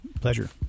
Pleasure